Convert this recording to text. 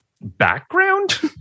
background